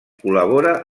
col·labora